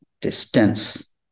distance